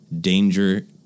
danger